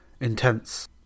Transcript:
intense